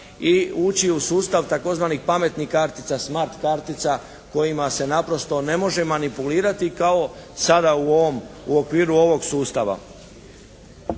i ući u sustav tzv. pametnih kartica, smart kartica kojima se naprosto ne može manipulirati kao sada u ovom, u okviru ovog sustava.